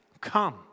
come